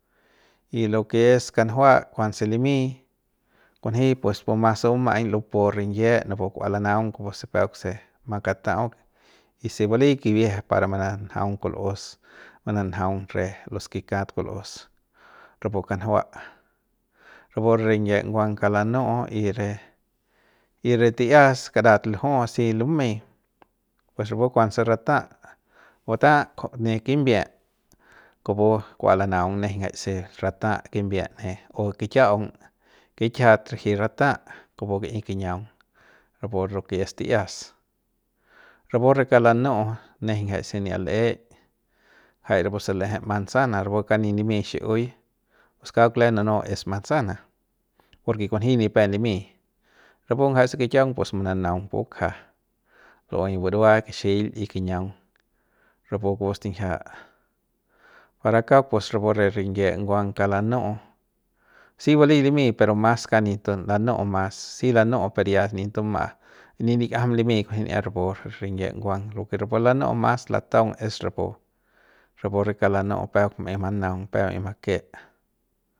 Y lo ke es kanjua kuanse limy kunji pues puma se buma'añ lupu rinyie napu kua lanaung kupu se peuk se makatau'u y si baly kibieje para mananjaung kul'us mananjaung re los ke kat kul'us rapu kanjua rapu re rinyie nguang kauk lanu'u y re y re ti'ias karat lju'u si lumey oues rapu kuanse rataa butaa kja ne kimbiep kupu kua lanaung nejeiñ jaise rataa kimbiep ne o kikia'aung kiki'jiat riji rataa kupu ki'i kiñiaung rapu lo ke es ti'ias rapu re kauk lanu'u nejeiñ ngjai se n'iat l'ey jai rapu se l'ejei manzana rapu kaung nip limy xi'iui pus kauk lem nunu es manzana porke kunji nipep limy rapu ngjaik se kikiaung pus mananaung pu bakja lu'uey burua kixil y kiñiaung rapu kupu stinjia para kauk pues rapu re rinyie nguang kauk lanu'u si baly limy pero kas kauk nip tun lanu'u mas si lanu'u per ya nip tuma'a nip likiajam limy kunji'ya rapu re re rinyie nguang lo ke rapu lanu'u mas lataung es rapu re kauk lanu'u peuk ma'ey manaung peuk ma'ey make.